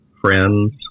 friends